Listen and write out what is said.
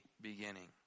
beginning